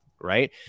right